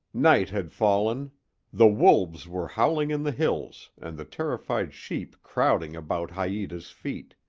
night had fallen the wolves were howling in the hills and the terrified sheep crowding about haita's feet.